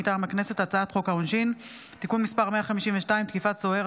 מטעם הכנסת: הצעת חוק העונשין (תיקון מס' 152) (תקיפת סוהר),